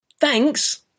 Thanks